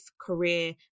career